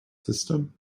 system